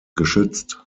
geschützt